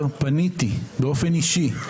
פניתי באופן אישי כאן בבניין הכנסת.